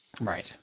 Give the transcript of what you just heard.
right